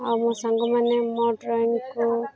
ଆଉ ମୋ ସାଙ୍ଗମାନେ ମୋ ଡ୍ରଇଂକୁ